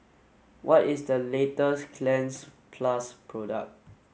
what is the latest Cleanz plus product